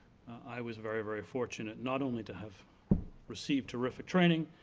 i was very very fortunate not only to have received terrific training,